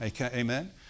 Amen